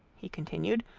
he continued,